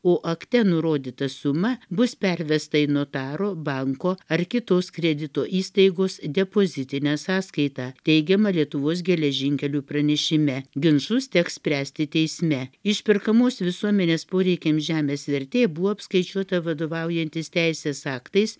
o akte nurodyta suma bus pervesta į notaro banko ar kitos kredito įstaigos depozitinę sąskaitą teigiama lietuvos geležinkelių pranešime ginčus teks spręsti teisme išperkamos visuomenės poreikiams žemės vertė buvo apskaičiuota vadovaujantis teisės aktais